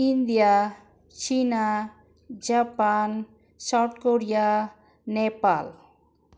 India China Japan South Korea Nepal